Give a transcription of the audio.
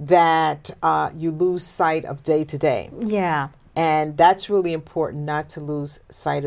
that you lose sight of day to day yeah and that's really important not to lose sight